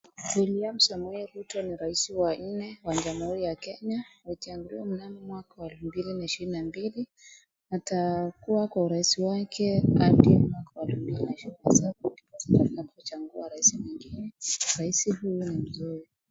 William Samoei Ruto ni rais wa nne wa Jamhuri ya Kenya. Alichaguliwa mnamo mwaka wa 2022, atakuwa kwa urais wake hadi mwaka wa 2027 ndiposa atakapochaguliwa rais mwingine. Rais huyu ni mzuri.